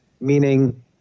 meaning